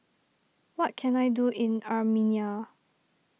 what can I do in Armenia